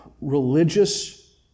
religious